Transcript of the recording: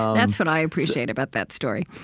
that's what i appreciate about that story